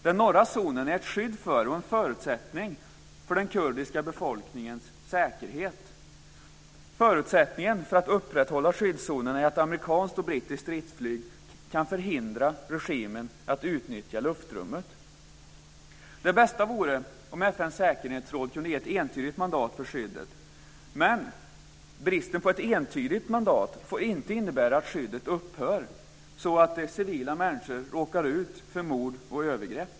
Den norra zonen är ett skydd och en förutsättning för den kurdiska befolkningens säkerhet. Förutsättningen för att upprätthålla skyddszonen är att amerikanskt och brittiskt stridsflyg kan förhindra regimen att utnyttja luftrummet. Det bästa vore om FN:s säkerhetsråd kunde ge ett entydigt mandat för skyddet, men bristen på ett entydigt mandat får inte innebära att skyddet upphör, så att civila människor råkar ut för mord och övergrepp.